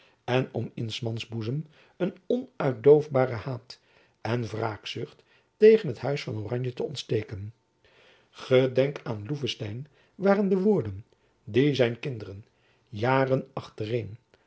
en om in s mans boezem een onuitdoofbaren haat en wraakzucht tegen het huis van oranje te ontsteken gedenk aan loevenstein waren de woorden die zijn kinderen jacob van lennep elizabeth musch jaren achtereen